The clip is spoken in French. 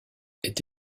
est